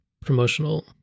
promotional